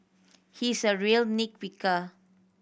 he is a real nit picker